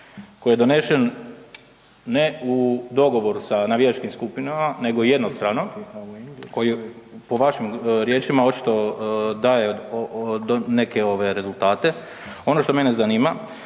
koji je donesen ne u dogovoru sa navijačkim skupinama nego jednostrano koji po vašim riječima očito daje neke rezultate. Ono što mene zanima,